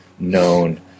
Known